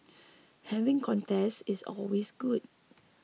having contests is always good